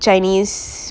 chinese